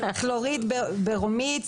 כלוריד, ברומיד,